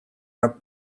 are